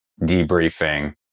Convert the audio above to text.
debriefing